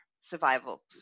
survival